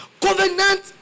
covenant